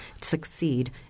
succeed